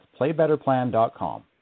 PlayBetterPlan.com